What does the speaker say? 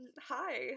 hi